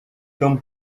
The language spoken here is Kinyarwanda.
tom